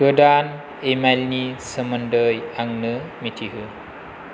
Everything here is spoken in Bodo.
गोदान इमेलनि सोमोन्दै आंनो मिथिहो